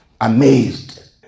amazed